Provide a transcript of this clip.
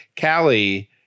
Callie